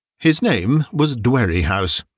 his name was dwerrihouse,